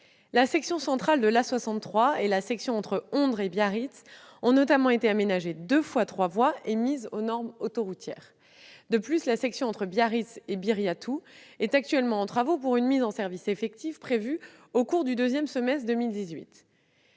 La section centrale de l'A63 et la section entre Ondres et Biarritz ont notamment été aménagées, mises à deux fois trois voies et aux normes autoroutières. De plus, la section entre Biarritz et Biriatou est actuellement en travaux, pour une mise en service effective prévue au cours du second semestre de